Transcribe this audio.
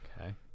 Okay